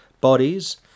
bodies